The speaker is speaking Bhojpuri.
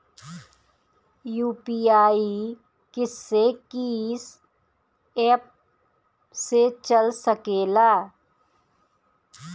यू.पी.आई किस्से कीस एप से चल सकेला?